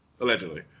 Allegedly